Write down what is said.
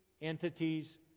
entities